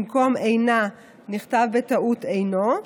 במקום "אינה" נכתב בטעות "אינו";